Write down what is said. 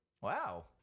Wow